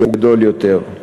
גדולה יותר.